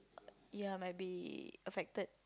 ya might be affected